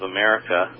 America